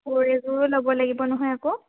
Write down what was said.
ল'ব লাগিব নহয় আকৌ